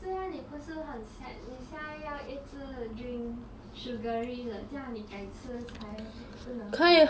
这样你不是很 sad 你现在要一直 drink sugary 的这样你改次才不能喝了